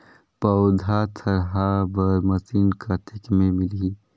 पौधा थरहा बर मशीन कतेक मे मिलही?